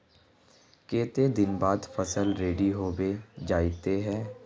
केते दिन बाद फसल रेडी होबे जयते है?